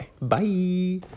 bye